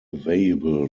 available